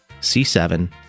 C7